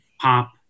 pop